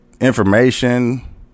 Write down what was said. information